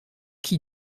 qui